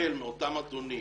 להתקבל מאותם אדונים